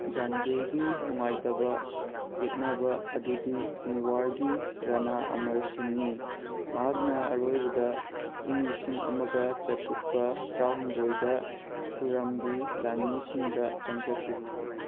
ꯖꯥꯟꯒꯤꯔꯒꯤ ꯅꯨꯡꯉꯥꯏꯇꯕ ꯌꯦꯛꯅꯕ ꯑꯗꯨ ꯃꯤꯋꯥꯔꯒꯤ ꯔꯅꯥ ꯑꯃꯔ ꯁꯤꯡꯅꯤ ꯃꯍꯥꯛꯅ ꯑꯔꯣꯏꯕꯗ ꯏꯪ ꯂꯤꯁꯤꯡ ꯑꯃꯒ ꯆꯥꯇ꯭ꯔꯨꯛꯀ ꯇꯔꯥꯍꯨꯝꯗꯣꯏꯗ ꯀꯨꯔꯝꯒꯤ ꯂꯥꯟꯃꯤꯁꯤꯡꯗꯨ ꯆꯪꯖꯈꯤ